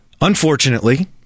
Unfortunately